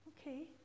Okay